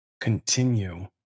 continue